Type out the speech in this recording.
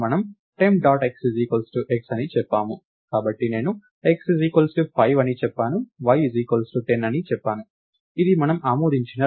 ఇప్పుడు మనము temp dot x x అని చెప్పాము కాబట్టి నేను x 5 అని చెప్పాను y 10 అని చెప్పాను ఇవి మనం ఆమోదించిన రెండు విలువలు